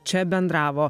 čia bendravo